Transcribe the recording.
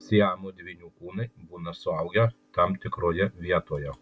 siamo dvynių kūnai būna suaugę tam tikroje vietoje